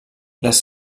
les